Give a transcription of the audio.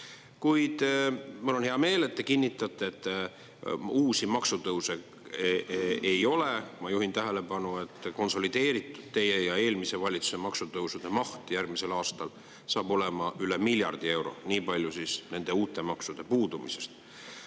mul on hea meel, et te kinnitate, et uusi maksutõuse ei ole. Ma juhin tähelepanu, et konsolideeritud teie ja eelmise valitsuse maksutõusude maht järgmisel aastal saab olema üle miljardi euro – niipalju siis nende uute maksude puudumisest. Kuid